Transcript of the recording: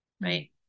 right